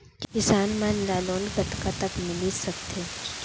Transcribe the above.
किसान मन ला लोन कतका तक मिलिस सकथे?